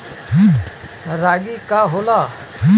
रागी का होला?